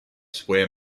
square